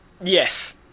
Yes